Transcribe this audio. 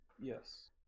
Yes